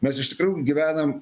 mes iš tikrųjų gyvenam